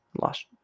lost